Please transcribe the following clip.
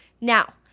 Now